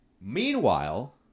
Meanwhile